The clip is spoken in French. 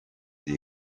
des